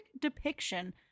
depiction